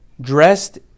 dressed